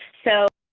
so,